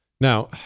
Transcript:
Now